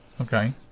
Okay